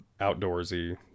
outdoorsy